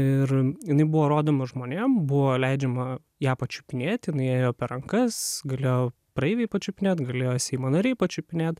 ir buvo rodoma žmonėm buvo leidžiama ją pačiupinėti jinai ėjo per rankas gilėjo praeiviai pačiupinėt galėjo seimo nariai pačiupinėt